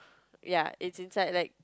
ya it's inside like